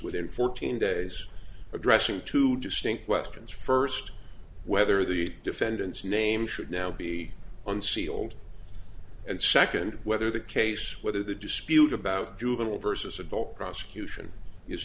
within fourteen days addressing two distinct questions first whether the defendant's name should now be unsealed and second whether the case whether the dispute about juvenile versus adult prosecution is